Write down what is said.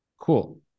Cool